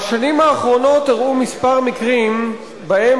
בשנים האחרונות אירעו כמה מקרים שבהם